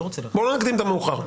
לא נקדים את המאוחר.